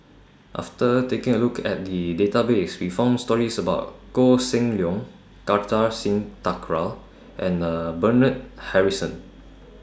after taking A Look At The Database We found stories about Koh Seng Leong Kartar Singh Thakral and Bernard Harrison